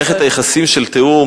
מערכת היחסים של תיאום,